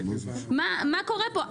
מה קורה פה?